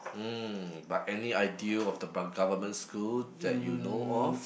mm but any idea of the government school that you know of